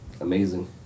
amazing